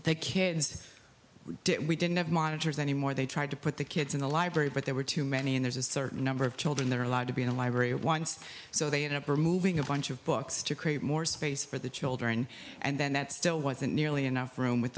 didn't we didn't have monitors anymore they tried to put the kids in the library but there were too many and there's a certain number of children that are allowed to be in a library once so they end up removing a bunch of books to create more space for the children and then that still wasn't nearly enough room with